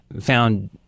found